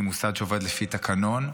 היא מוסד שעובד לפי תקנון.